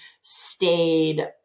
stayed